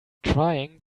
trying